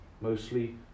mostly